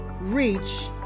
reach